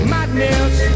Madness